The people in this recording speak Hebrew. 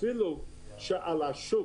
כל השוק